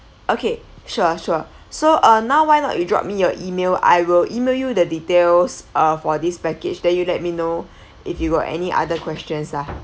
okay sure sure so uh now why not you drop me your email I will email you the details uh for this package then you let me know if you got any other questions ah